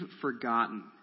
forgotten